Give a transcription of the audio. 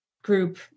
group